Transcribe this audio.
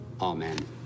Amen